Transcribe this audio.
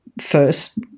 first